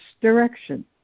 direction